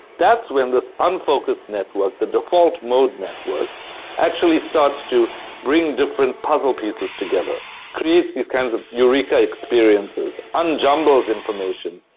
that's when this unfocus network, the default mode network actually starts to bring different puzzle pieces together, it creates these kinds of eureka experiences. unjumbles information,